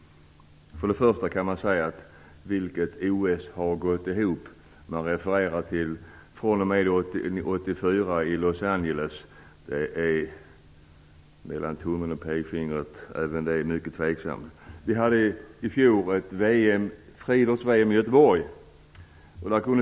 För det första kan man undra vilket OS som har gått ihop. Man refererar från och med OS 1984 i Los Angeles. Det är även det mycket tveksamt. Vi hade i fjol ett friidrotts-VM i Göteborg.